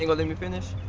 ah let me finish?